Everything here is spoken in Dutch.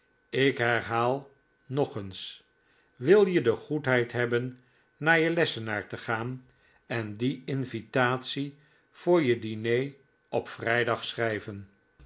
ik herhaal nog eens wil je de goedheid hebben naar je lessenaar te gaan en die invitatie voor je diner op vrijdag te schrijven